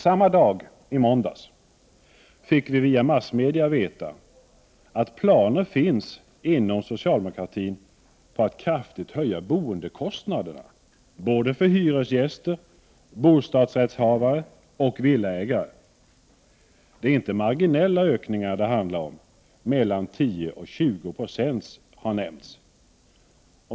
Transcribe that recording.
Samma dag, i måndags, fick vi via massmedia veta att det finns planer inom socialdemokratin på att kraftigt höja boendekostnaderna — för hyresgäster, bostadsrättshavare och villaägare. Det är inte marginella ökningar det handlar om, ökningar på mellan 10 och 20 96 har nämnts.